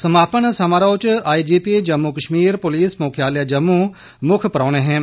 समापन समारोह् च आईजीपी जम्मू कश्मीर पुलस मुक्खालय जम्मू मुक्ख परौहने हे